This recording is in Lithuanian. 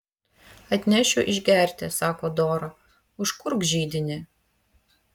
atnešiu išgerti sako dora užkurk židinį